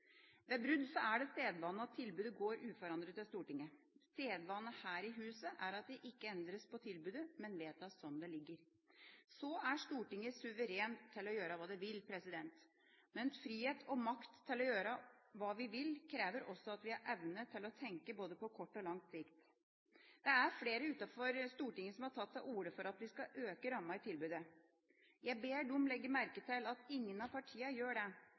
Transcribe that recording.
Ved brudd er det sedvane at tilbudet går uforandret til Stortinget. Sedvane her i huset er at det ikke endres på tilbudet, men tilbudet vedtas som det ligger. Så er Stortinget suverent til å gjøre hva det vil. Men frihet og makt til å gjøre hva vi vil, krever også at vi har evne til å tenke både på kort og på lang sikt. Det er flere utenfor Stortinget som har tatt til orde for at vi skal øke ramma i tilbudet. Jeg ber dem legge merke til at ingen av partiene gjør det,